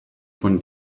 von